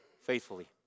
faithfully